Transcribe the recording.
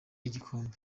igikombe